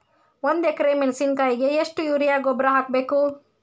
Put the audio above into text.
ಒಂದು ಎಕ್ರೆ ಮೆಣಸಿನಕಾಯಿಗೆ ಎಷ್ಟು ಯೂರಿಯಾ ಗೊಬ್ಬರ ಹಾಕ್ಬೇಕು?